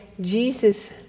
Jesus